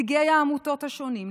נציגי העמותות השונים,